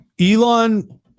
Elon